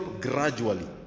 gradually